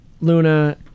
Luna